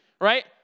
right